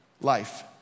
life